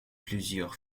plusieurs